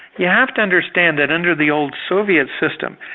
you have to understand that under the old soviet system,